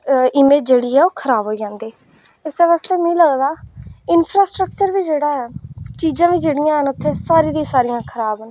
image जेह्ड़ी ओह् खराब होंदी ऐ इस्सै बास्तै मिगी लगदा इंफ्रास्ट्रक्चर बी जेह्ड़ा ऐ चीज़ां बी जेह्ड़ियां हैन उत्थें ओह् सारियां दियां सारियां खराब न उत्थै